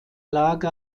lage